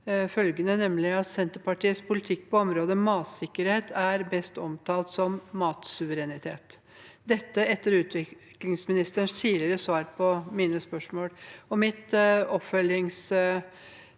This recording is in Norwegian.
følge det opp med at Senterpartiets politikk på området matsikkerhet er best omtalt som matsuverenitet – dette etter utviklingsministerens tidligere svar på mine spørsmål. Mitt oppfølgingsspørsmål